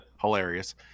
hilarious